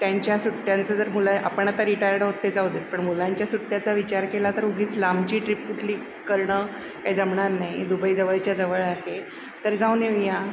त्यांच्या सुट्ट्यांचं जर मुला आपण आता रिटायर्ड आहोत ते जाऊ देत पण मुलांच्या सुट्ट्यांचा विचार केला तर उगीच लांबची ट्रिप कुठली करणं काही जमणार नाही दुबईजवळच्या जवळ आहे तर जाऊन येऊया